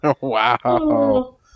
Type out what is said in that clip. Wow